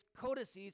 codices